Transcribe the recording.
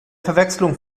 verwechslung